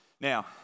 Now